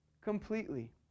completely